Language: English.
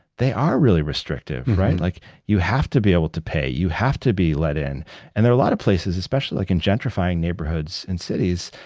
they are really restrictive, right? like you have to be able to pay, you have to be let in and there are a lot of places, especially like in gentrifying neighborhoods and cities,